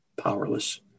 powerless